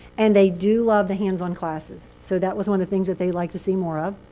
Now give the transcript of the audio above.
and they do love the hands-on classes. so that was one of the things that they'd like to see more of.